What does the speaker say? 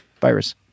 virus